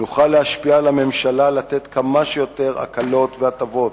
נוכל להשפיע על הממשלה לתת כמה שיותר הקלות והטבות,